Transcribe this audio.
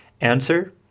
Answer